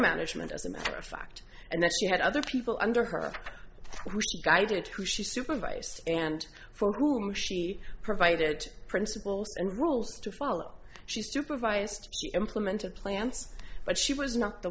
management as a matter of fact and that she had other people under her guided who she supervised and for whom she provided principles and rules to follow she supervised implemented plans but she was not the